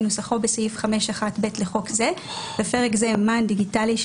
כנוסחו בסעיף 5(1)(ב) לחוק זה (בפרק זה מען דיגיטלי,